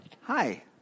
Hi